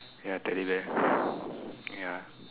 ya teddy bear ya